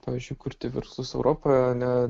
pavyzdžiui kurti verslus europa ne